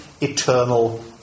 eternal